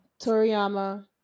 Toriyama